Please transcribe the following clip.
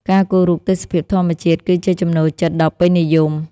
ការគូររូបទេសភាពធម្មជាតិគឺជាចំណូលចិត្តដ៏ពេញនិយម។